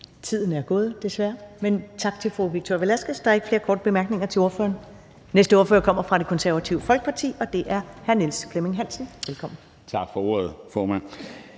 Tiden er desværre gået, men tak til fru Victoria Velasquez. Der er ikke flere korte bemærkninger til ordføreren. Den næste ordfører kommer fra Det Konservative Folkeparti, og det er hr. Niels Flemming Hansen. Velkommen. Kl. 13:50 (Ordfører)